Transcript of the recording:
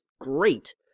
great